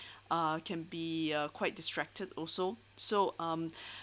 uh can be uh quite distracted also so um